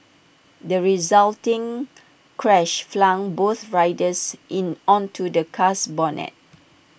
the resulting crash flung both riders in onto the car's bonnet